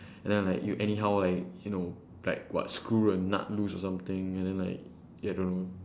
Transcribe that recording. and then like you anyhow like you know like what screw the nut loose or something and then like I don't know